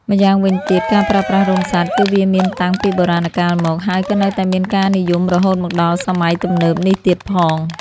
ម្យ៉ាងវិញទៀត ការប្រើប្រាស់រោមសត្វ គឺវាមានតាំងពីបុរាណកាលមក ហើយក៏នៅមានការនិយមរហូតមកដល់សម័យទំនើបនេះទៀតផង។